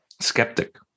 skeptic